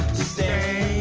say